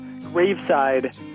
graveside